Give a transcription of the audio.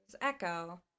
Echo